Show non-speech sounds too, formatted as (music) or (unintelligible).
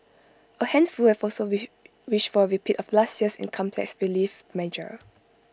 A handful have also (unintelligible) wished for A repeat of last year's income tax relief measure